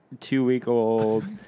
two-week-old